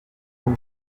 mot